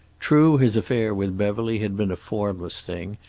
true, his affair with beverly had been a formless thing,